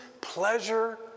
pleasure